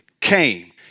came